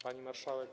Pani Marszałek!